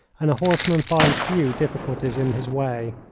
and a horseman finds few difficulties in his way.